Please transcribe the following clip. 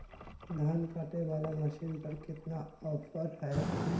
धान कटे बाला मसीन पर कितना ऑफर हाय?